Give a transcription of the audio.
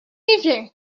evening